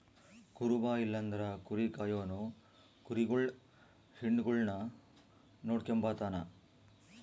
ಕುರುಬ ಇಲ್ಲಂದ್ರ ಕುರಿ ಕಾಯೋನು ಕುರಿಗುಳ್ ಹಿಂಡುಗುಳ್ನ ನೋಡಿಕೆಂಬತಾನ